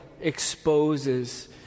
exposes